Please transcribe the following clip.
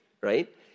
right